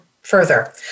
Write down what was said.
further